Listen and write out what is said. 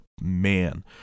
man